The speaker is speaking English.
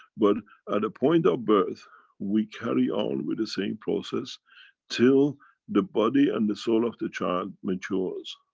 but at the point of birth we carry on with the same process till the body and the soul of the child matures.